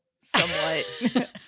somewhat